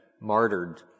martyred